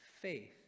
faith